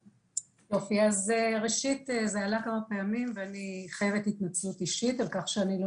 אז ראשית זה עלה כמה פעמים ואני חייבת התנצלות אישית על כך שאני לא